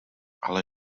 ale